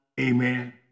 Amen